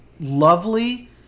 lovely